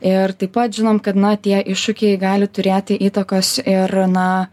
ir taip pat žinom kad na tie iššūkiai gali turėti įtakos ir na